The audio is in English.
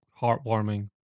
heartwarming